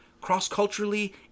cross-culturally